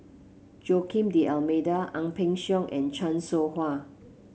Joaquim D'Almeida Ang Peng Siong and Chan Soh Ha